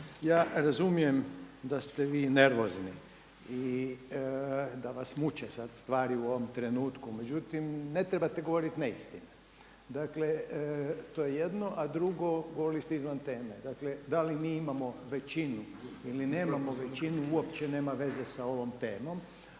Ja razumijem da ste vi nervozni i da vas muče sada stvari u ovom trenutku, međutim ne trebate govoriti neistinu, to je jedno. A drugo, govorili ste izvan teme, dakle da li mi imamo većinu ili nemamo većinu uopće nema veze sa ovom temom,